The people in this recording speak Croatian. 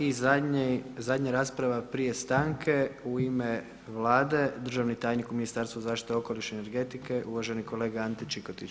I zadnja rasprava prije stanke u ime Vlade, državni tajnik u Ministarstvu zaštite okoliša i energetike uvaženi kolega Ante Čikotić.